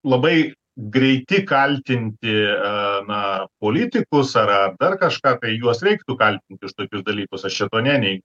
labai greiti kaltinti a na politikus ar ar dar kažką apie juos reiktų kaltinti už tokius dalykus aš čia to nenei